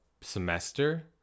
semester